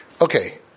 okay